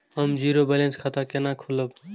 हम zero balance खाता केना खोलाब?